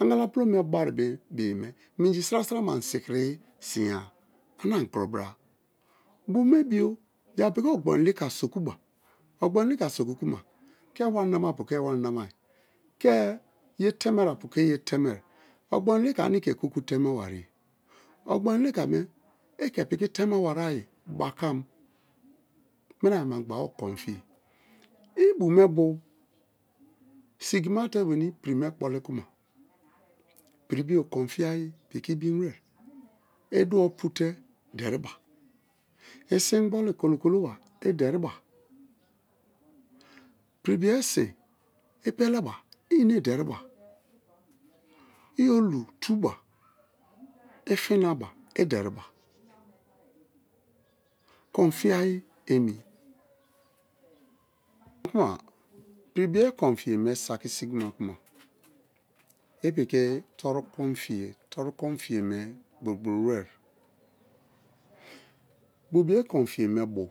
Angala pulo me bai be̱ yeme minji sira-sira ma ani sikiri sin ya ane ani kuro bra bu̱ me bio japu piki ogboi̱n li̱ka sokuba ogboin li̱ka soku kuma ke wari namari apu ke wari namai, ke ye teme apu ke yetemai, ogboin lika ani ke kuku teme wariye, ogboin lika me̱ i̱ ke̱ pi̱ki̱ teme wa-ayi bakam mina-ayi mengba o kon fiye i bu me bo sigimate weni pri me kpoli kuma pri bio kon fi-ayi piki bim-were, i dwor pu te deriba i sin ingboli kolo-koloba i deriba pri bio sin i peleba, i ine deriba i olu tu ba i finaba, i̱ deriba kon fiyeme saki sigimakuma ị piki toru̱ kon fiyeme saki gbrogbro wẹre. Bu bio kon fiyeme bo.